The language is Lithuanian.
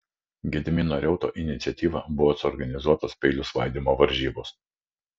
gedimino reuto iniciatyva buvo suorganizuotos peilių svaidymo varžybos